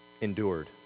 endured